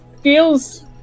feels